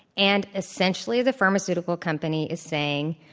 and essentially, the pharmaceutical company is saying,